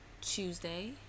Tuesday